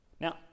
Now